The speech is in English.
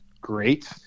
Great